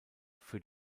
für